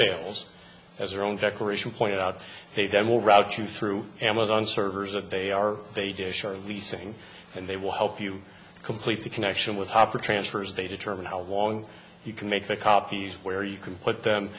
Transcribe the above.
fails as your own declaration pointed out he then will route you through amazon servers that they are they dish or leasing and they will help you complete the connection with hopper transfers they determine how long you can make copies where you can put them